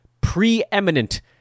preeminent